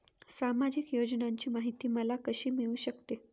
सामाजिक योजनांची माहिती मला कशी मिळू शकते?